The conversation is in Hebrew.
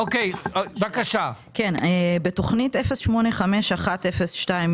בתוכנית 085102,